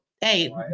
hey